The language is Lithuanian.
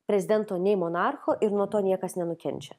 prezidento nei monarcho ir nuo to niekas nenukenčia